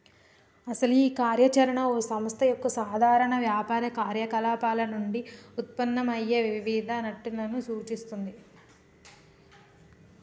అసలు ఈ కార్య చరణ ఓ సంస్థ యొక్క సాధారణ వ్యాపార కార్యకలాపాలు నుండి ఉత్పన్నమయ్యే వివిధ నట్టులను సూచిస్తుంది